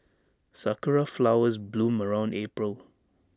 Sakura Flowers bloom around April